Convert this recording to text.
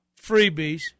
freebies